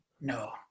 No